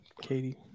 Katie